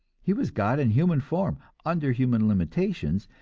he was god in human form, under human limitations,